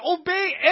obey